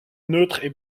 neutre